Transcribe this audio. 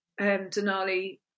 Denali